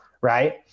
right